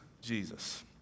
Jesus